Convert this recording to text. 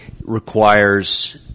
requires